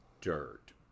dirt